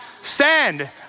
Stand